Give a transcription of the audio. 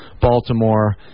Baltimore